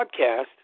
podcast